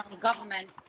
government